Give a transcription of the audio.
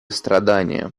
страдания